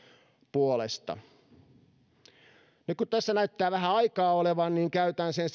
puolesta nyt kun tässä näyttää vähän aikaa olevan niin käytän sen